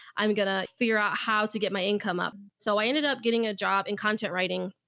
i'm going to figure out how to get my income up. so i ended up getting a job in content writing.